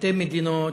"שתי מדינות"